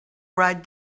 write